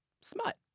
smut